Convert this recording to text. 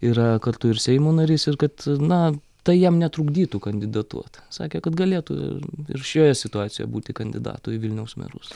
yra kartu ir seimo narys ir kad na tai jam netrukdytų kandidatuot sakė kad galėtų ir šioje situacijoje būti kandidatu į vilniaus merus